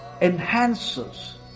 enhances